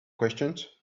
questions